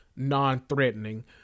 non-threatening